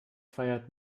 feiert